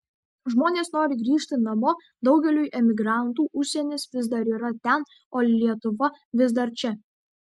žmonės nori grįžti namo daugeliui emigrantų užsienis vis dar yra ten o lietuva vis dar čia